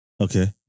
Okay